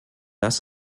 das